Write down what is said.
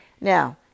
Now